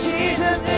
Jesus